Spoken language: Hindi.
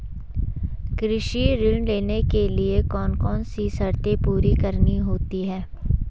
कृषि ऋण लेने के लिए कौन कौन सी शर्तें पूरी करनी होती हैं?